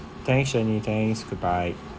thanks jenny thanks goodbye